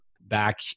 back